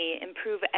improve